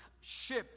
ship